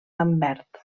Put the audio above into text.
lambert